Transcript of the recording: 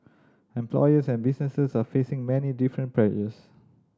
employers and businesses are facing many different pressures